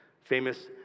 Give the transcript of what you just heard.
famous